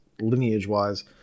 lineage-wise